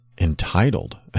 entitled